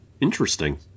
interesting